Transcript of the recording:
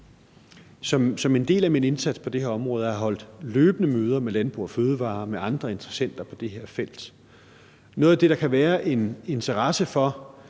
Som en del af min indsats på det her område har jeg holdt løbende møder med Landbrug & Fødevarer og andre interessenter på det her felt. Noget af det, der kan være en interesse for,